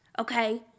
okay